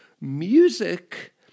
Music